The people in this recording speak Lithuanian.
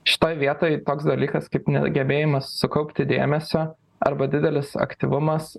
šitoj vietoj toks dalykas kaip negebėjimas sukaupti dėmesio arba didelis aktyvumas